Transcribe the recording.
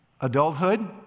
adulthood